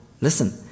Listen